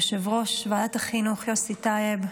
יושב-ראש ועדת החינוך יוסי טייב,